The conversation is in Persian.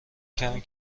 کمی